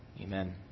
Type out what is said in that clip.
Amen